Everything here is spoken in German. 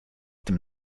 dem